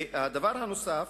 הדבר הנוסף